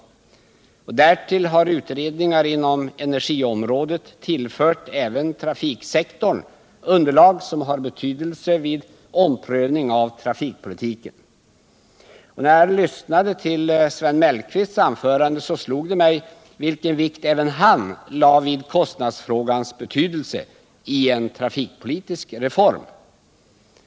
Därtill har utredningar inom energiområdet tillfört även trafiksektorn underlag som har betydelse vid omprövning av trafikpolitiken. När jag lyssnade till Sven Mellqvists anförande slog det mig vilken vikt även han lade vid kostnaderna i en trafikpolitisk reform.